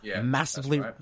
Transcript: massively